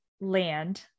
land